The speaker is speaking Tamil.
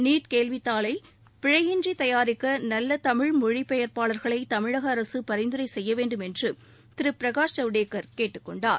நீட் கேள்வித்தாளை பிழையின்றி தயாரிக்க நல்ல தமிழ் மொழிபெயர்ப்பாளர்களை தமிழக அரசு பரிந்துரை செய்யவேண்டும் என்று திரு பிரகாஷ் ஜவ்டேக்கர் கேட்டுக்கொண்டார்